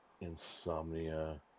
Insomnia